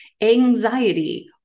anxiety